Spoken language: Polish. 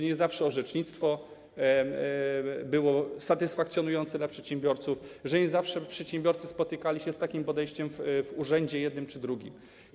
Nie zawsze orzecznictwo było satysfakcjonujące dla przedsiębiorców, nie zawsze przedsiębiorcy spotykali się z takim podejściem w jednym czy drugim urzędzie.